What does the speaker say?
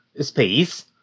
space